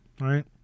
Right